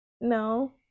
No